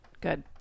Good